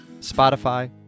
Spotify